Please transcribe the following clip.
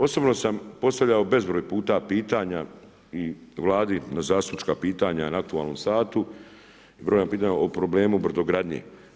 Osobno sam postavljao bezbroj puta pitanja i Vladi, zastupnička pitanja na aktualnom satu, brojna pitanja o problemu brodogradnje.